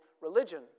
religion